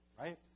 right